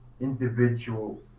individual